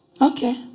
Okay